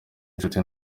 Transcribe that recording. inshuti